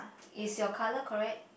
is your colour correct